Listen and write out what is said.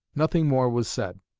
nothing more was said.